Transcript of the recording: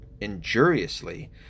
injuriously